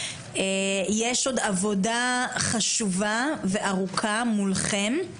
יש עוד עבודה חשובה וארוכה מולכן,